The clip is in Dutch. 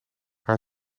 haar